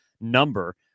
number